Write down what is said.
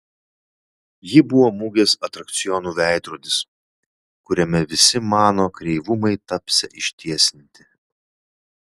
ji buvo mugės atrakcionų veidrodis kuriame visi mano kreivumai tapsią ištiesinti